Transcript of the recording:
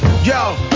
Yo